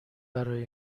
برای